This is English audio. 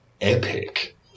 epic